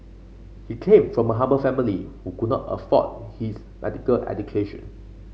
he came from a humble family who could not afford his medical education